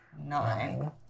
Nine